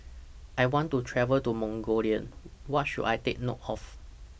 I want to travel to Mongolia What should I Take note of